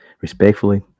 respectfully